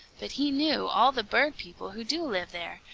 but he knew all the bird people who do live there,